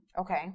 Okay